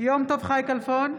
יום טוב חי כלפון,